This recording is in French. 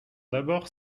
d’abord